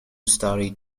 story